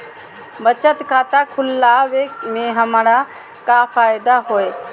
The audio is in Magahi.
बचत खाता खुला वे में हमरा का फायदा हुई?